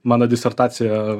mano disertacija